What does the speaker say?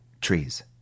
Trees